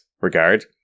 regard